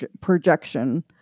projection